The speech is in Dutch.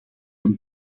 een